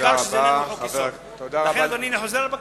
בעיקר כשזה איננו חוק-יסוד.